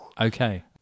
okay